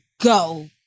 go